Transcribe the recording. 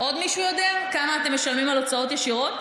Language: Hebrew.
עוד מישהו יודע כמה אתם משלמים על הוצאות ישירות?